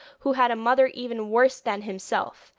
who had a mother even worse than himself,